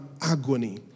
agony